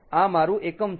આ મારૂ એકમ છે